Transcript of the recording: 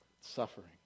Suffering